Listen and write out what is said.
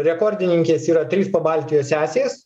rekordininkės yra trys pabaltijo sesės